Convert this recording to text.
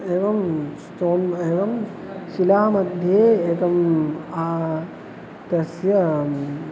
एवं स्तोन् एवं शिलामध्ये एकम् तस्य